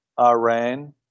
Iran